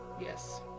Yes